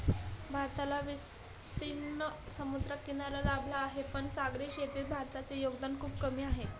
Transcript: भारताला विस्तीर्ण समुद्रकिनारा लाभला आहे, पण सागरी शेतीत भारताचे योगदान खूप कमी आहे